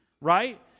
right